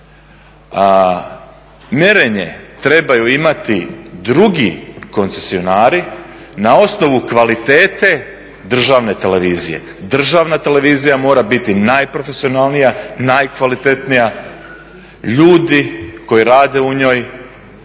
A mjerenje trebaju imati drugi koncesionari na osnovu kvalitete državne televizije. Državna televizija mora biti najprofesionalnija, najkvalitetnija, ljudi koji rade u njoj